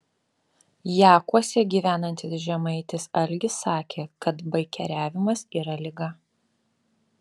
jakuose gyvenantis žemaitis algis sakė kad baikeriavimas yra liga